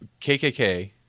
KKK